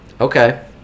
Okay